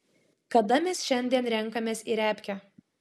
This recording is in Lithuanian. kada mes šiandien renkamės į repkę